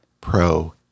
Pro